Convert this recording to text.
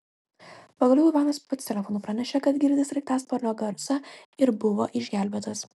pagaliau ivanas pats telefonu pranešė kad girdi sraigtasparnio garsą ir buvo išgelbėtas